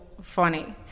funny